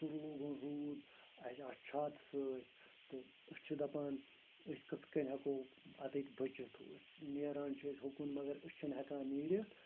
سُہ لوگُن روٗد اسہِ آسہٕ چھاتہٕ سۭتۍ تہٕ أسۍ چھِ دَپان أسۍ کِتھ کٔنۍ ہیٚکو اَتیتھ بٕچِتھ نیران چھِ أسۍ ہُکُن مگر أسۍ چھِنہٕ ہیٚکان نیٖرِتھ